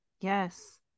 yes